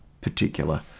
particular